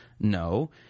No